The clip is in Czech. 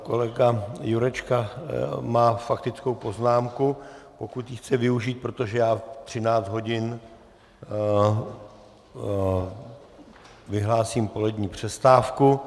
Kolega Jurečka má faktickou poznámku, pokud ji chce využít, protože ve 13 hodin vyhlásím polední přestávku.